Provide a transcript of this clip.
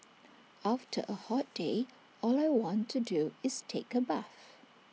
after A hot day all I want to do is take A bath